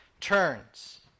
turns